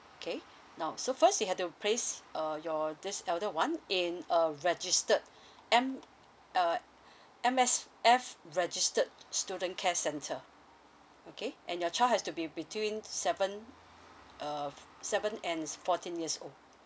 okay now so first you have to place uh your this elder [one] in a registered M uh M_S_F registered student care centre okay and your child has to be between seven uh seven and fourteen years old